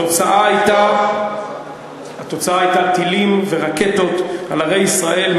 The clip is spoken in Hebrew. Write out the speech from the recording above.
התוצאה הייתה טילים ורקטות על ערי ישראל,